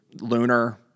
lunar